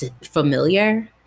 familiar